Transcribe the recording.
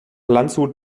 landshut